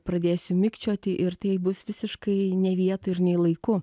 pradėsiu mikčioti ir tai bus visiškai ne vietoj ir nei laiku